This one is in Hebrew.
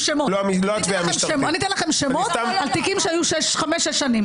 הרוב הם של רשות המיסים.